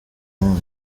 hon